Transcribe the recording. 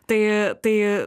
tai tai